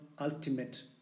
ultimate